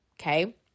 okay